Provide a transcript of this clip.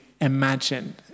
imagine